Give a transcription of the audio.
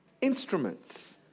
instruments